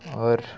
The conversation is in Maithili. आओर